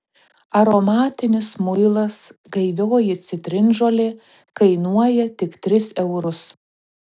aromatinis muilas gaivioji citrinžolė kainuoja tik tris eurus